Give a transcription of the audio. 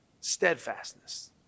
steadfastness